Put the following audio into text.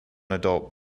adult